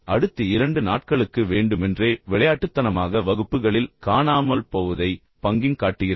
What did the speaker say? எனவே அடுத்த இரண்டு நாட்களுக்கு வேண்டுமென்றே விளையாட்டுத்தனமாக வகுப்புகளில் காணாமல் போவதை பங்கிங் காட்டுகிறது